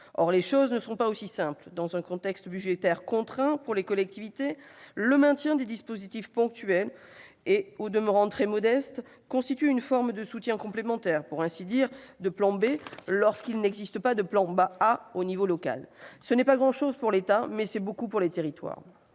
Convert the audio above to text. Or les choses ne sont pas aussi simples. Dans un contexte budgétaire contraint pour les collectivités territoriales, le maintien de dispositifs ponctuels, au demeurant très modestes, constitue une forme de soutien complémentaire : pour ainsi dire, un « plan B », lorsqu'il n'existe pas de « plan A » au niveau local. Ce n'est pas grand-chose pour l'État, mais c'est beaucoup pour les territoires.